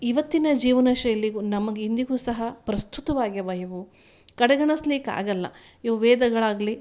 ಇವತ್ತಿನ ಜೀವನ ಶೈಲಿಗು ನಮಗೆ ಇಂದಿಗು ಸಹ ಪ್ರಸ್ತುತವಾಗಿವೆ ಇವು ಕಡೆಗಣಿಸ್ಲಿಕ್ ಆಗೋಲ್ಲ ಇವು ವೇದಗಳಾಗಲಿ